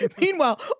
Meanwhile